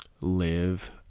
live